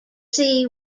see